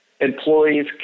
employees